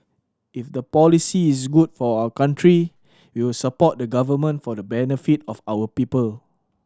if the policy is good for our country we will support the Government for the benefit of our people